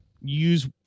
Use